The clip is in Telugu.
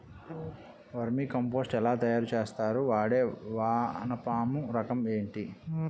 వెర్మి కంపోస్ట్ ఎలా తయారు చేస్తారు? వాడే వానపము రకం ఏంటి?